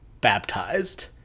baptized